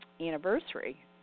anniversary